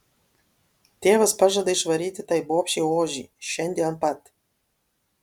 tėvas pažada išvaryti tai bobšei ožį šiandien pat